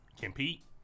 compete